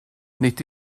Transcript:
nid